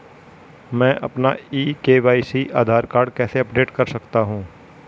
मैं अपना e KYC Aadhaar card कैसे अपडेट कर सकता हूँ?